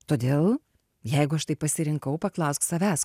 todėl jeigu aš taip pasirinkau paklausk savęs